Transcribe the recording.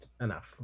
enough